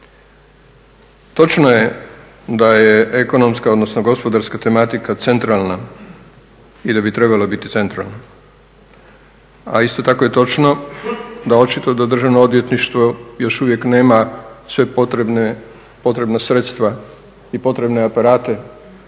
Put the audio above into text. Točno je da je ekonomska, odnosno gospodarska tematika centralna i da bi trebala biti centralna. A isto tako je točno da očito da Državno odvjetništvo još nema sva potrebna sredstva i potrebne aparate